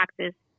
taxes